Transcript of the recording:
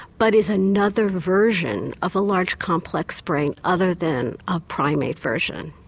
but is another version of a large complex brain other than a primate version.